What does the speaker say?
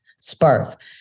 spark